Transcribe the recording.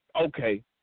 okay